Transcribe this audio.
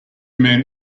men